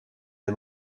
des